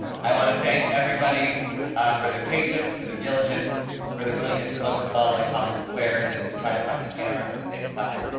i want to thank everybody for their patience for their diligence for their willingness to look us all like hollywood squares and and try to find the camera at the same time.